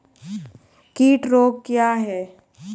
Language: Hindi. कीट रोग क्या है?